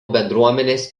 bendruomenės